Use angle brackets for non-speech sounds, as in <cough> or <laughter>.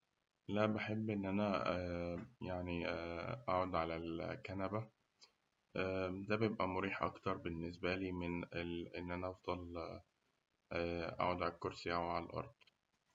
لا بحب إن أنا يعني <hesitation> أقعد على الكنبة <hesitation> ده بيبقى مريح أكتر بالنسة لي من إن إننا أفضل <hesitation> أقعد على الكرسي أو عالأرض.